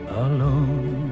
alone